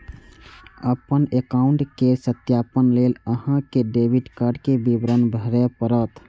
अपन एकाउंट केर सत्यापन लेल अहां कें डेबिट कार्ड के विवरण भरय पड़त